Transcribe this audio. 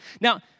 Now